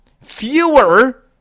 Fewer